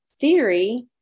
theory